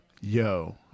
Yo